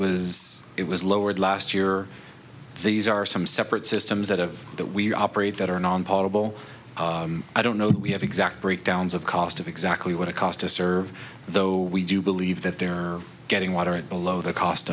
was it was lower last year these are some separate systems that have that we operate that are non portable i don't know that we have exact breakdowns of cost of exactly what it cost to serve though we do believe that they're getting water at below the cost